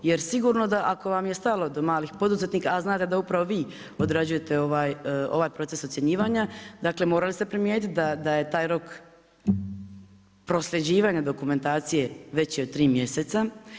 Jer sigurno da ako vam je stalo do malih poduzetnika, a znate da upravi odrađujete ovaj proces ocjenjivanja, dakle, morali ste primjeriti da je taj rok prosljeđivanja dokumentacije veće od 3 mjeseca.